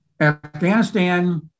Afghanistan